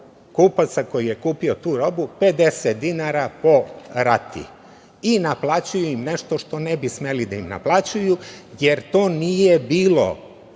kupaca koji je kupio tu robu 50 dinara po rati i naplaćuju im nešto što ne bi smeli da im naplaćuju jer to nije bilo